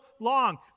long